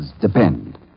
depend